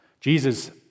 Jesus